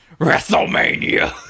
wrestlemania